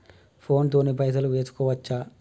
Phone తోని పైసలు వేసుకోవచ్చా?